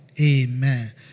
Amen